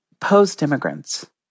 post-immigrants